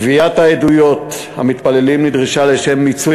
גביית עדויות המתפללים נדרשה לשם מיצוי